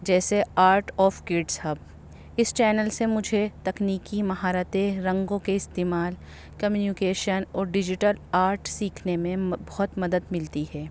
جیسے Art of Kids Hub اس channel سے مجھے تکنیکی مہارتیں رنگوں کے استعمال کمیونیکیشن اور ڈیجیٹل آرٹ سیکھنے میں بہت مدد ملتی ہے